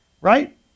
right